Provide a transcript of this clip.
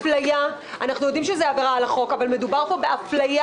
יודעים שזה עבירה על החוק אבל מדובר פה באפליה